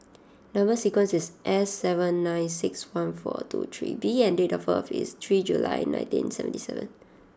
number sequence is S seven nine six one four two three B and date of birth is three July nineteen seventy seven